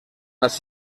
las